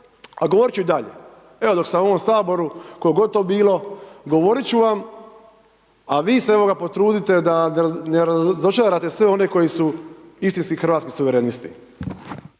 a govorit ću i dalje. Evo dok sam u ovom saboru, ko god to bilo govorit ću vam, a vi se evo ga potrudite da ne razočarate sve one koji su istinski hrvatski suverenisti.